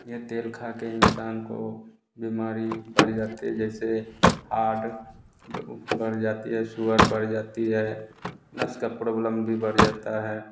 ये तेल खा कर इंसान को बीमारी बढ़ जाती है जैसे हार्ट बढ़ जाती है सुगर बढ़ जाती है नस का प्रोब्लम भी बढ़ जाता है